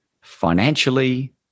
financially